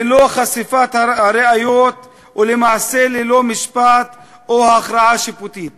ללא חשיפת הראיות ולמעשה ללא משפט או הכרעה שיפוטית.